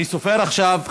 אני סופר עכשיו,